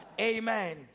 Amen